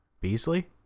Beasley